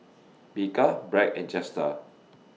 Bika Bragg and Jetstar